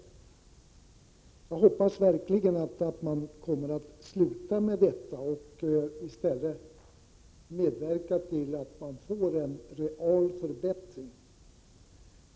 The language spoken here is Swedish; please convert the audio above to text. Jag hoppas verkligen att man kommer att sluta med detta och i stället medverkar till en real förbättring.